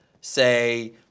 say